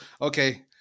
okay